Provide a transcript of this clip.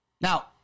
Now